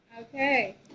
Okay